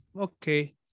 okay